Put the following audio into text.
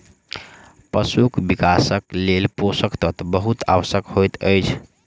पशुक विकासक लेल पोषक तत्व बहुत आवश्यक होइत अछि